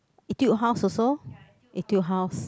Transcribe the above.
Etude-House also Etude-House